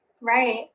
right